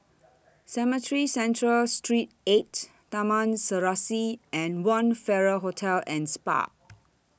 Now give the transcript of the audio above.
Cemetry Central Street eight Taman Serasi and one Farrer Hotel and Spa